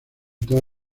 toda